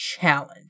challenge